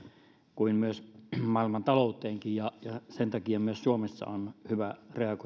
kuin maailman talouteenkin ja sen takia myös suomessa on hyvä reagoida tässä